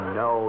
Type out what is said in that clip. no